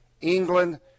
England